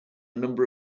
number